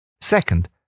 Second